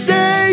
say